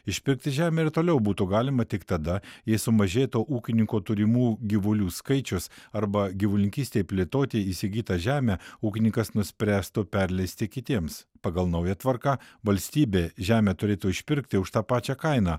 išpirkti žemę ir toliau būtų galima tik tada jei sumažėtų ūkininko turimų gyvulių skaičius arba gyvulininkystei plėtoti įsigytą žemę ūkininkas nuspręstų perleisti kitiems pagal naują tvarką valstybė žemę turėtų išpirkti už tą pačią kainą